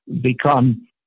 become